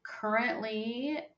Currently